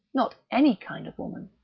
not any kind of woman.